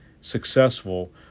successful